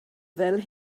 fel